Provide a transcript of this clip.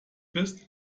bist